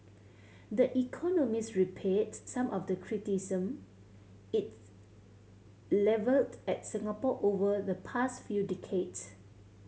the Economist repeats some of the criticism it levelled at Singapore over the past few decade